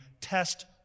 test